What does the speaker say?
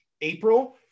April